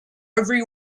every